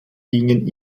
gingen